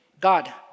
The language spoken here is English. God